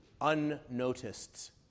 unnoticed